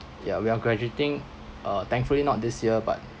yeah we're graduating uh thankfully not this year but